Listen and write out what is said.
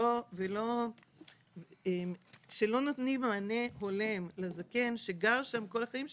דירות שלא נותנות מענה לזקן שגר שם כל החיים שלו,